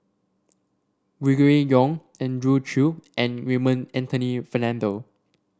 we Gregory Yong Andrew Chew and Raymond Anthony Fernando